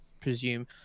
presume